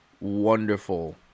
wonderful